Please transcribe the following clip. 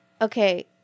Okay